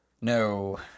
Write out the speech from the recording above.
No